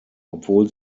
obwohl